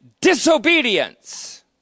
disobedience